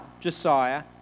Josiah